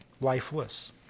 lifeless